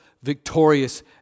victorious